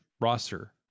roster